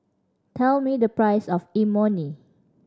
tell me the price of Imoni